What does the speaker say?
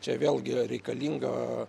čia vėlgi reikalinga